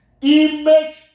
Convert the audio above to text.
Image